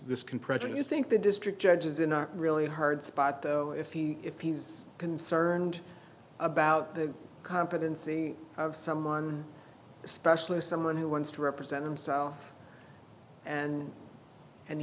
present you think the district judges in a really hard spot though if he if he's concerned about the competency of someone especially someone who wants to represent himself and and